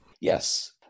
Yes